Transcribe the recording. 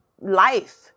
life